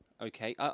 okay